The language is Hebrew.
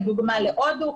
לדוגמה להודו.